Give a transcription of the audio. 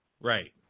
right